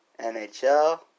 NHL